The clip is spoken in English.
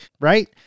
right